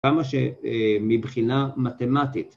‫כמה שמבחינה מתמטית.